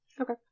Okay